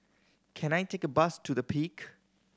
can I take a bus to The Peak